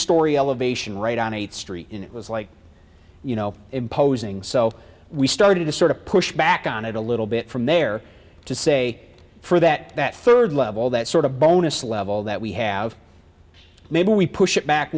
storey elevation right on a street in it was like you know imposing so we started to sort of push back on it a little bit from there to say for that that third level that sort of bonus level that we have maybe we push it back